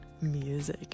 Music